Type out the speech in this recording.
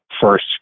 first